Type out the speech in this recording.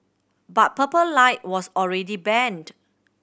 but Purple Light was already banned